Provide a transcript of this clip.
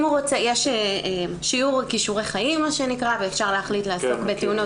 יש שיעור כישורי חיים ואפשר להחליט לעסוק בתאונות